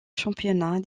championnats